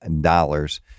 dollars